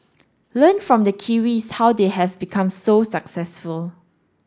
learn from the Kiwis how they have become so successful